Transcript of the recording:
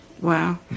Wow